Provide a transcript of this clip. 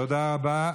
תודה רבה.